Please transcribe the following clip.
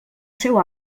seu